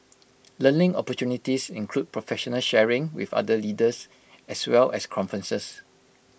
learning opportunities include professional sharing with other leaders as well as conferences